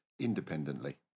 independently